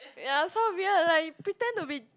ya so weird like you pretend to be